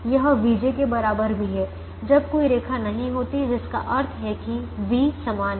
यह vj के बराबर भी है जब कोई रेखा नहीं होती है जिसका अर्थ है कि v समान हैं